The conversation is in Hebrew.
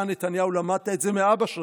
אתה, נתניהו, למדת את זה מאבא שלך.